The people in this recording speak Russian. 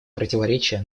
противоречия